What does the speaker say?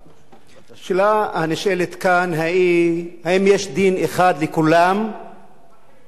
השאלה הנשאלת כאן היא האם יש דין אחד לכולם או דין,